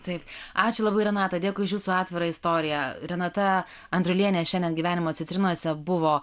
taip ačiū labai renata dėkui už jūsų atvirą istoriją renata andriulienė šiandien gyvenimo citrinose buvo